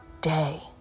day